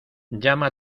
llama